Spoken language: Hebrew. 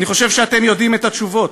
אני חושב שאתם יודעים את התשובות,